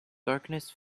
darkness